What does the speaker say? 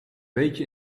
beetje